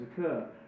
occur